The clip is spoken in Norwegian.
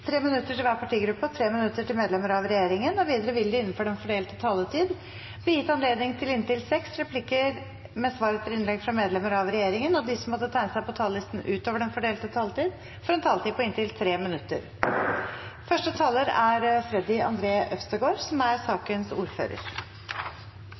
minutter til hver partigruppe og 3 minutter til medlemmer av regjeringen. Videre vil det – innenfor den fordelte taletid – bli gitt anledning til inntil seks replikker med svar etter innlegg fra medlemmer av regjeringen, og de som måtte tegne seg på talerlisten utover den fordelte taletid, får også en taletid på inntil